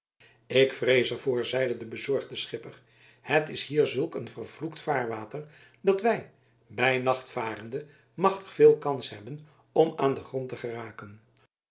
ik vrees er voor zeide de bezorgde schipper het is hier zulk een vervloekt vaarwater dat wij bij nacht varende machtig veel kans hebben om aan den grond te geraken